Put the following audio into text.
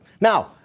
Now